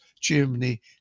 Germany